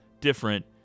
different